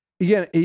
Again